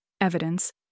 Evidence